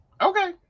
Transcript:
Okay